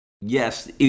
yes